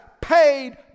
paid